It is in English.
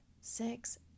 six